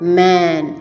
man